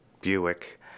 Buick